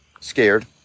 scared